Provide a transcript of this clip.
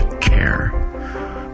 care